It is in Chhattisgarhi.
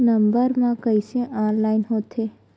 नम्बर मा कइसे ऑनलाइन होथे?